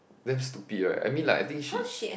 very stupid right I mean like I think she